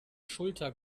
schulter